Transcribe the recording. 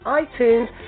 iTunes